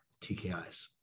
TKIs